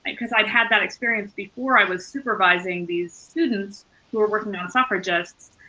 because i have had that experience before i was supervising these students who were working on suffragists,